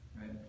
right